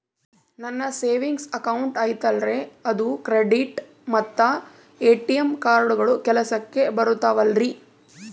ನನ್ನ savings account ಐತಲ್ರೇ ಅದು ಕ್ರೆಡಿಟ್ ಮತ್ತ ಎ.ಟಿ.ಎಂ ಕಾರ್ಡುಗಳು ಕೆಲಸಕ್ಕೆ ಬರುತ್ತಾವಲ್ರಿ?